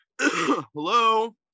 hello